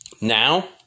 Now